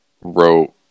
wrote